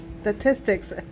statistics